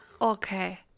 Okay